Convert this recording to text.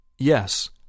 Yes